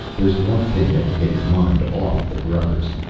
there's one thing that will get his mind off the grubbers.